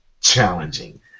challenging